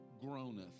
groaneth